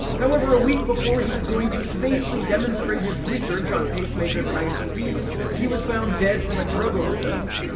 however, a week before he was going to safely demonstrate his research on pacemakers and icds, he was found dead from a drug overdose.